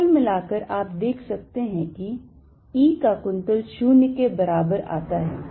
तो कुल मिलाकर आप देख सकते हैं कि E का कुंतल 0 के बराबर आता है